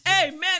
Amen